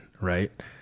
right